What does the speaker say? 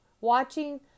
Watching